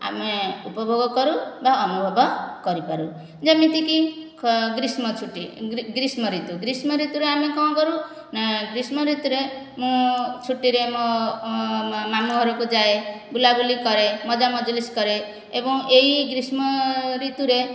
ଆମେ ଉପଭୋଗ କରୁ ବା ଅନୁଭବ କରିପାରୁ ଯେମିତି କି ଗ୍ରୀଷ୍ମ ଛୁଟି ଗ୍ରୀଷ୍ମ ଋତୁ ଗ୍ରୀଷ୍ମ ଋତୁରେ ଆମେ କଣ କରୁ ନା ଗ୍ରୀଷ୍ମ ଋତୁରେ ମୁଁ ଛୁଟିରେ ମୁଁ ମୋ ମାମୁଘରକୁ ଯାଏ ବୁଲାବୁଲି କରେ ମଜା ମଜଲିସ କରେ ଏବଂ ଏଇ ଗ୍ରୀଷ୍ମ ଋତୁରେ